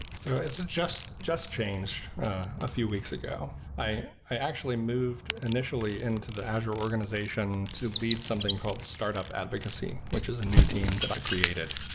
so it just just changed a few weeks ago. i i actually moved initially into the azure organization to lead something called startup advocacy, which is a new team that i created.